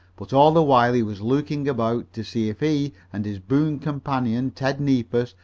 but all the while he was looking about to see if he and his boon companion, ted neefus,